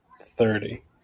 Thirty